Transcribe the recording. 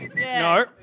no